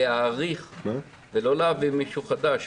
להאריך ולא להביא מישהו חדש.